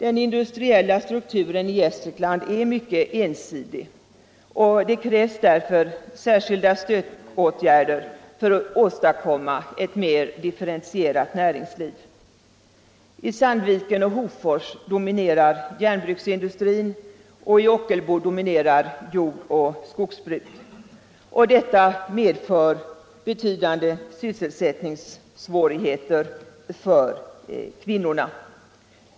Den industriella strukturen i Gästrikland är mycket ensidig, och det krävs därför särskilda stödåtgärder för att åstadkomma ett mer differentierat näringsliv. I Sandviken och Hofors dominerar järnbruksindustrin och i Ockelbo dominerar jord och skogsbruket. Detta medför betydande sysselsättningssvårigheter för kvinnorna.